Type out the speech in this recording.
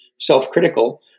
self-critical